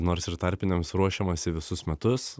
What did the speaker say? nors ir tarpiniams ruošiamasi visus metus